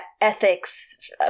ethics